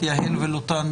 יהל ולוטן,